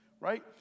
Right